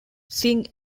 sing